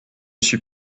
suis